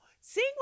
Sing